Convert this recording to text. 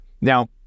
Now